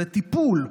זה טיפול.